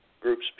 groups